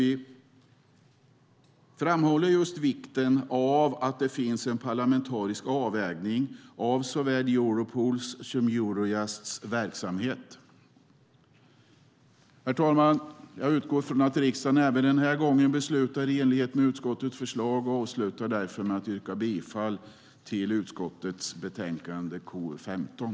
Vi framhåller just vikten av att det finns en parlamentarisk övervakning av såväl Europols som Eurojusts verksamhet. Herr talman! Jag utgår ifrån att riksdagen även den här gången beslutar i enlighet med utskottets förslag och avslutar därför med att yrka bifall till utskottets förslag i utlåtande KU15.